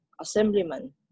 assemblyman